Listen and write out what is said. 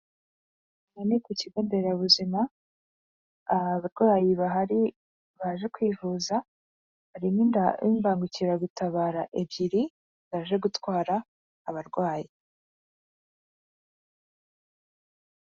Aha ni ku kigo nderabuzima abarwayi bahari baje kwivuza harimo inda y'imbangukiragutabara ebyiri zaje gutwara abarwayi.